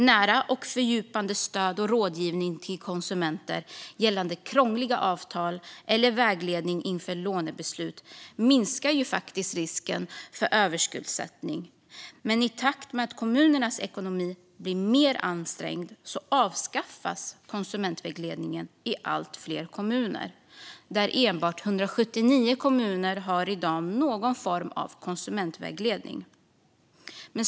Nära och fördjupat stöd och rådgivning till konsumenter gällande krångliga avtal eller vägledning inför lånebeslut minskar risken för överskuldsättning. Men i takt med att kommunernas ekonomi blir mer ansträngd avskaffas konsumentvägledningen i allt fler kommuner. Enbart 179 kommuner har i dag någon form av konsumentvägledning.